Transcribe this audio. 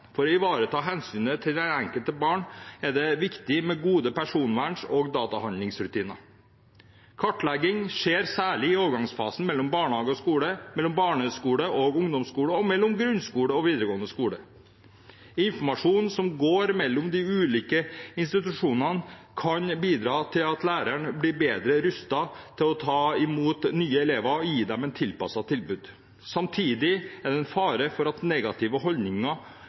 For å ivareta hensynet til det enkelte barn er det viktig med gode personvern- og databehandlingsrutiner. Kartlegging skjer særlig i overgangsfasen mellom barnehage og skole, mellom barneskole og ungdomsskole og mellom grunnskole og videregående skole. Informasjonen som går mellom de ulike institusjonene, kan bidra til at lærerne blir bedre rustet til å ta imot nye elever og gi dem et tilpasset tilbud. Samtidig er det en fare for at negative holdninger,